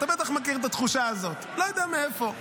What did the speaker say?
אתה בטח מכיר את התחושה הזאת, לא יודע מאיפה.